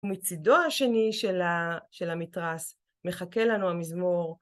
ומצידו השני של המתרס מחכה לנו המזמור.